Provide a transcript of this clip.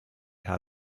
how